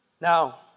Now